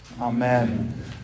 Amen